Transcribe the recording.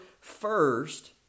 first